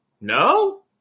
No